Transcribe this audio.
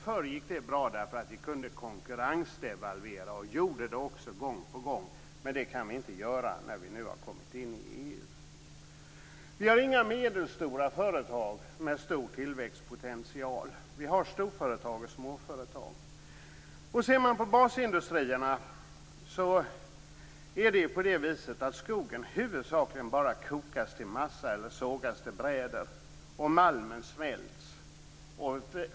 Förr gick det bra eftersom vi kunde konkurrensdevalvera gång på gång. Men det kan vi inte göra sedan vi gick med i EU. Vi har inga medelstora företag med stor tillväxtpotential. Vi har storföretag och småföretag. Ser vi på basindustrierna är det så att skogen huvudsakligen bara kokas till massa eller sågas till bräder, och malmen smälts.